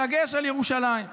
בדגש על ירושלים.